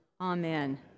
Amen